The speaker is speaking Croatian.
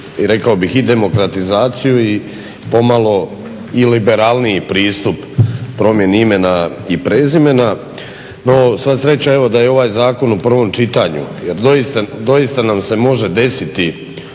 rekao bih i demokratizaciju i pomalo i liberalniji pristup promjeni imena i prezimena. No sva sreća da je ovaj zakon u prvom čitanju jer doista nam se može desiti